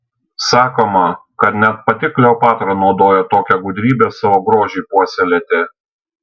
sakoma kad net pati kleopatra naudojo tokią gudrybę savo grožiui puoselėti